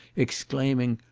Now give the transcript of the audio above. exclaiming,